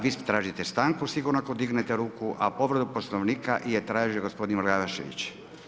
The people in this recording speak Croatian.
Vi tražite stanku sigurno ako dignete ruku a povredu Poslovnika je tražio gospodin Glavašević.